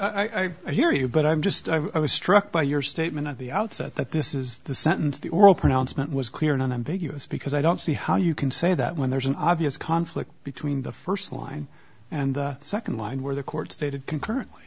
mean i hear you but i'm just i was struck by your statement at the outset that this is the sentence the oral pronouncement was clear and unambiguous because i don't see how you can say that when there is an obvious conflict between the first line and the second line where the court stated concurrently